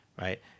Right